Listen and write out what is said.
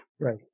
Right